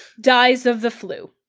dies of the flu